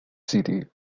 city